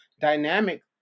dynamic